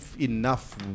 enough